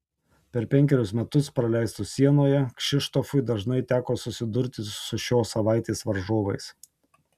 per penkerius metus praleistus sienoje kšištofui dažnai teko susidurti su šios savaitės varžovais